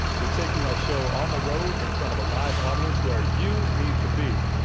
we're taking our show on the road in front of a live audience where you need to be.